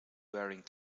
wearing